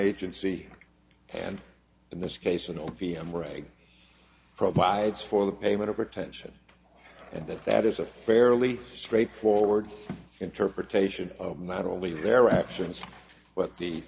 agency and in this case an o p m rag provides for the payment of attention and that that is a fairly straightforward interpretation of not only their actions but the